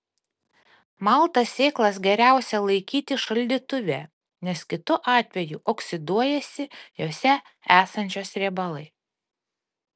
maltas sėklas geriausia laikyti šaldytuve nes kitu atveju oksiduojasi jose esančios riebalai